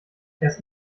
erst